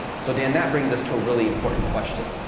so, then that brings us to a really important question.